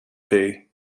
bay